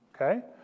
okay